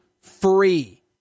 free